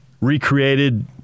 Recreated